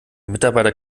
mitarbeiter